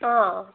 অঁ